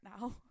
now